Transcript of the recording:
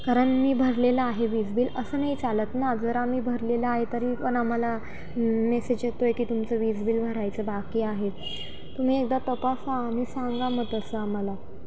कारण मी भरलेलं आहे वीज बिल असं नाही चालत ना जर आम्ही भरलेलं आहे तरी पण आम्हाला मेसेज येतो आहे की तुमचं वीज बिल भरायचं बाकी आहे तुम्ही एकदा तपासा आणि सांगा मग तसं आम्हाला